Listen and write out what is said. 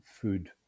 food